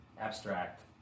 abstract